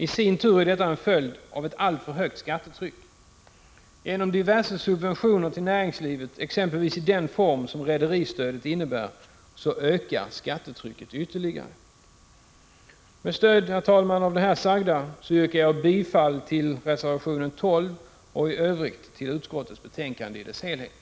I sin tur är detta en följd av ett alltför högt skattetryck. Genom diverse subventioner till näringslivet, exempelvis i den form som rederistödet innebär, ökar skattetrycket ytterligare. Herr talman! Med stöd av det här sagda yrkar jag bifall till reservation 12 och i övrigt till utskottets hemställan.